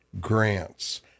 grants